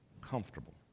Comfortable